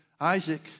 Isaac